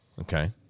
Okay